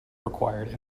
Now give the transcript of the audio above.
required